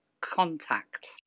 contact